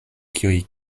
kiuj